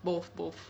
both both